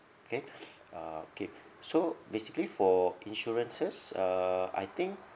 okay uh okay so basically for insurances uh I think